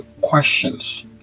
questions